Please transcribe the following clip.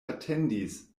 atendis